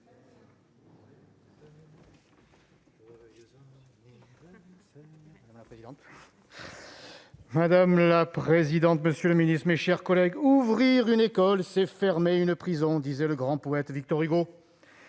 Madame la présidente, monsieur le garde des sceaux, mes chers collègues, « Ouvrir une école, c'est fermer une prison » disait le grand poète Victor Hugo.